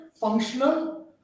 functional